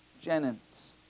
Jennings